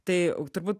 tai turbūt